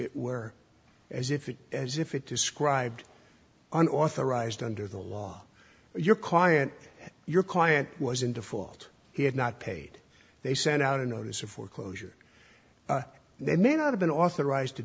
it were as if it as if it described an authorized under the law your client your client was in default he had not paid they sent out a notice of foreclosure they may not have been authorized to